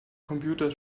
computer